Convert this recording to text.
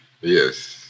Yes